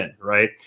right